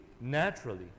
Naturally